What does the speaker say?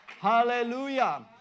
Hallelujah